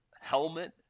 Helmet